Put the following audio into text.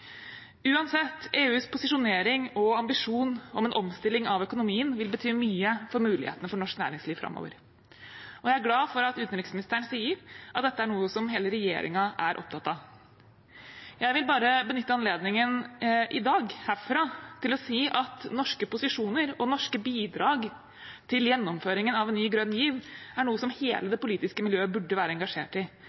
Uansett – EUs posisjonering og ambisjon om en omstilling av økonomien vil bety mye for mulighetene for norsk næringsliv framover. Jeg er glad for at utenriksministeren sier at dette er noe som hele regjeringen er opptatt av. Jeg vil benytte anledningen i dag, herfra, til å si at norske posisjoner og norske bidrag til gjennomføringen av en ny, grønn giv er noe som hele det politiske miljøet burde være engasjert i.